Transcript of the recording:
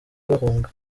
bahunga